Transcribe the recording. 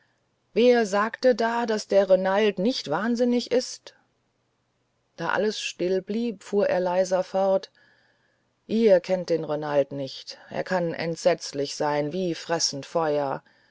wer sagte da daß der renald nicht wahnsinnig ist da alles still blieb fuhr er leiser fort ihr kennt den renald nicht er kann entsetzlich sein wie fressend feuer